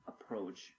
approach